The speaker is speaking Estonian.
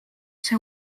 see